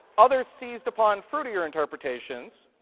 others seized upon fruitier interpretations.